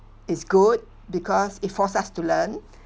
it's good because it force us to learn